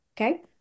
okay